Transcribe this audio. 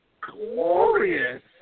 glorious